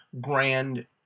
grand